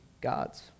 gods